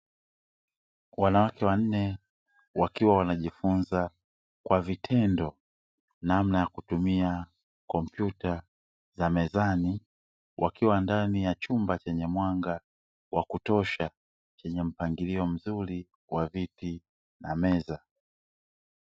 Wanawake wanne wakiwa wanajifunza kwa vitendo namna ya kutumia kompyuta za mezani wakiwa ndani ya chumba chenye mwanga wa kutosha chenye mpangilio mzuri wa viti na meza.